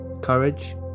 courage